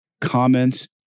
comments